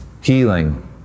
Healing